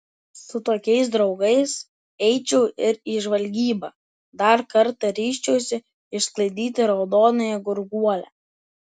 su tokiais draugais eičiau ir į žvalgybą dar kartą ryžčiausi išsklaidyti raudonąją gurguolę